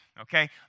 Okay